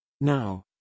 Now